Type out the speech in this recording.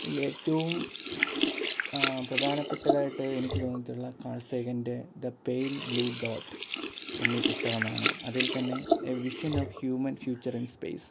അതിലേറ്റവും പ്രധാനപ്പെട്ടതായിട്ട് എനിക്ക് തോന്നീട്ടുള്ള കാൾ സാഗൻ്റെ ദ പെയിൽ ബ്ലൂ ഡോട്ട് എന്നീ പുസ്തകമാണ് അതിൽ തന്നെ a vision of human future in space